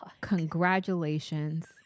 congratulations